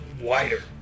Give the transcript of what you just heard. wider